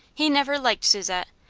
he never liked susette.